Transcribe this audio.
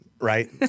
right